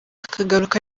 akagaruka